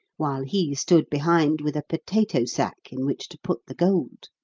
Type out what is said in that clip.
while he stood behind with a potato-sack in which to put the gold.